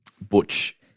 Butch